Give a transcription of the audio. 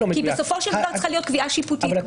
בסופו של דבר צריכה להיות קביעה שיפוטית.